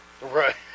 Right